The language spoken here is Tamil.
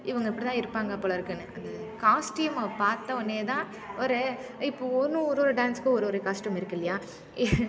இவங்க இப்படிதான் இருப்பாங்க போலருக்குன்னு அந்த காஸ்ட்யூமை பார்த்தவொன்னே தான் ஒரு இப்போ ஒவ்வொன்று ஒரு ஒரு டான்ஸ்க்கு ஒரு ஒரு காஸ்ட்யூம் இருக்குது இல்லையா